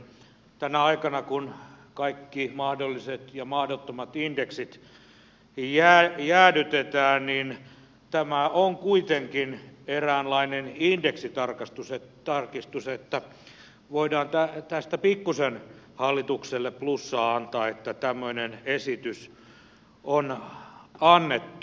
tänä aikana kun kaikki mahdolliset ja mahdottomat indeksit jäädytetään tämä on kuitenkin eräänlainen indeksitarkistus niin että voidaan tästä pikkuisen hallitukselle plussaa antaa että tämmöinen esitys on annettu